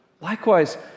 Likewise